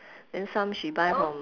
then some she buy from